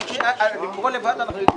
לקרוא לבד אנחנו יודעים.